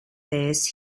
this